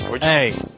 Hey